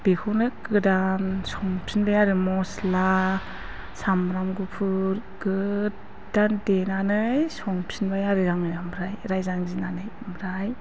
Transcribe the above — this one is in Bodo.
बेखौनो गोदान संफिनबाय आरो मस्ला सामब्राम गुफुर गोदान देनानै संफिनबाय आरो आङो ओमफ्राय रायजानो गिनानै ओमफ्राय